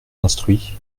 instruit